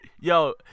Yo